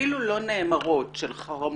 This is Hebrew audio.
אפילו לא נאמרות, של חרמות,